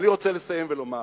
אני רוצה לסיים ולומר: